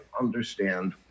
understand